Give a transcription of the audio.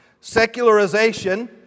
Secularization